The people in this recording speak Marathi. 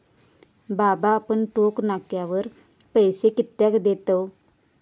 बाबा आपण टोक नाक्यावर पैसे कित्याक देतव?